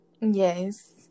Yes